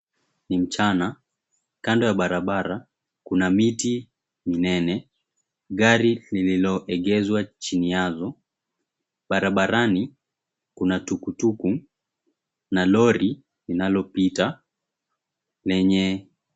Ni mchana, kando ya barabara kuna miti minene, gari lililoegezwa chini yazo, barabarani kuna tuktuk na roli linalopita lenye...